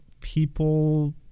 people